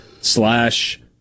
slash